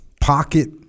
pocket